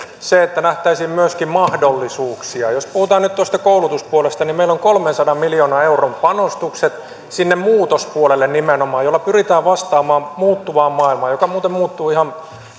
nähtäisiin myöskin mahdollisuuksia jos puhutaan nyt tuosta koulutuspuolesta niin meillä on kolmensadan miljoonan euron panostukset sinne muutospuolelle nimenomaan joilla pyritään vastaamaan muuttuvaan maailmaan joka muuten muuttuu ihan